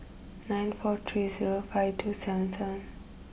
nine four three zero five two seven seven